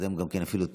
לקדם גם כן אפילו טיפה,